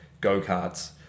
go-karts